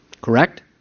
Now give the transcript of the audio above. Correct